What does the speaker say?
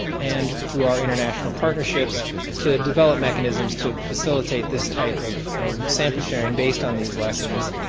and through our international partnerships to develop mechanisms to facilitate this type of of sample sharing based on these lessons.